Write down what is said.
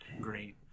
great